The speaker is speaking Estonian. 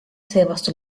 seevastu